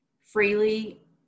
freely